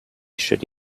should